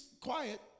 quiet